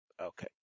Okay